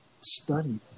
study